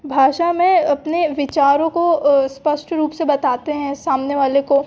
भाषा में अपने विचारों को स्पष्ट रूप से बताते हैं सामने वाले को